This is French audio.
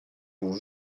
vous